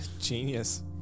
genius